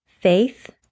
faith